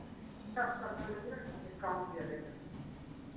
दस percent discount दिया जाएगा